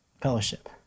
Fellowship